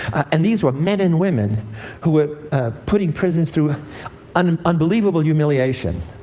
and these were men and women who were putting prisoners through and um unbelievable humiliation.